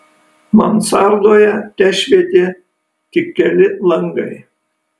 mansardoje tešvietė tik keli langai